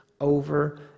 over